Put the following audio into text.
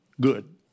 good